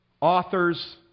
authors